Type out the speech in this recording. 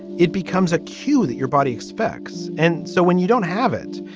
it becomes a cue that your body expects. and so when you don't have it,